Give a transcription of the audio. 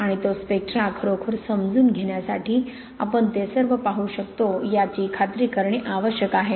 आणि तो स्पेक्ट्रा खरोखर समजून घेण्यासाठी आपण ते सर्व पाहू शकतो याची खात्री करणे आवश्यक आहे